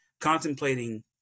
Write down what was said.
contemplating